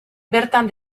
bertan